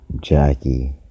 jackie